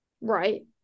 right